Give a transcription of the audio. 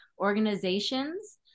organizations